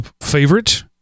favorite